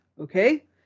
okay